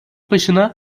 başına